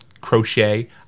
crochet